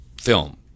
film